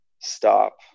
stop